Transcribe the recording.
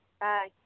Bye